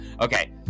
Okay